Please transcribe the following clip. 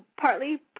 partly